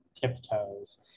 tiptoes